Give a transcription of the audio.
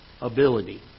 ability